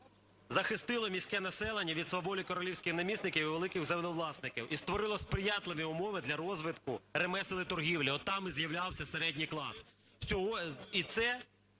захистило міське населення від сваволі королівських намісників і великих землевласників і створило сприятливі умови для розвитку ремесел і торгівлі. Отам і з'являвся середній клас.